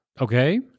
Okay